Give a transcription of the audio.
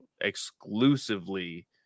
exclusively